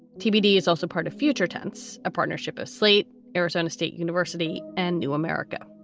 tbd is also part of future tense, a partnership of slate, arizona state university and new america.